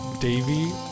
Davy